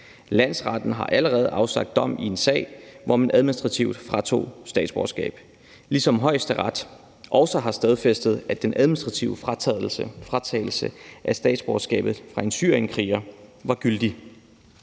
Landsretten har allerede afsagt dom i en sag, hvor man administrativt fratog statsborgerskab, ligesom Højesteret også har stadfæstet, at den administrative fratagelse af statsborgerskabet fra en syrienskriger var gyldig.